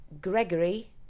Gregory